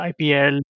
IPL